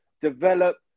develop